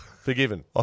Forgiven